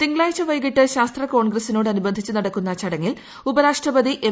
തിങ്കളാഴ്ച വൈകിട്ട് ശാസ്ത്ര കോൺഗ്രസ്റ്റിനോടനുബന്ധിച്ച് നടക്കുന്ന ചടങ്ങിൽ ഉപരാഷ്ട്രപതി എം